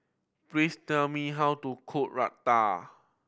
please tell me how to cook Raita